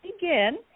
begin